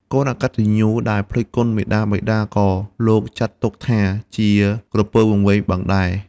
កូនអកត្តញ្ញូដែលភ្លេចគុណមាតាបិតា ក៏លោកចាត់ទុកថា ជាក្រពើវង្វេងបឹងដែរ ។